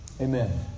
amen